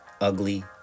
ugly